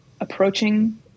approaching